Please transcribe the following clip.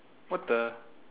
what the